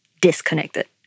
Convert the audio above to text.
disconnected